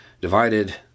divided